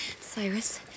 Cyrus